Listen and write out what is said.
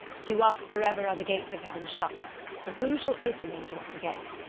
to us for ever are the gates of heaven shut for who shall open them to us again?